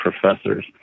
professors